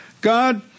God